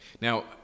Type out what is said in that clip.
Now